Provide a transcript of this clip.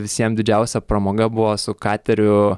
visiem didžiausia pramoga buvo su kateriu